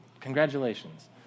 Congratulations